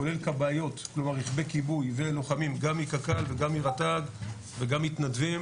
כולל כבאיות כלומר רכבי כיבוי ולוחמים גם מקק"ל וגם מרט"ג וגם מתנדבים